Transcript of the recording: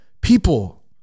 people